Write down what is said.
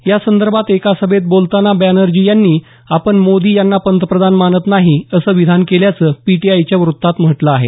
यासंदर्भात एका सभेत बोलताना बॅनर्जी यांनी आपण मोदी यांना पंतप्रधान मानत नाही असं विधान केल्याचं पीटीआयच्या वृत्तात म्हटलं आहे